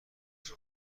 عذر